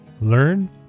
learn